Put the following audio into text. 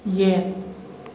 ꯌꯦꯠ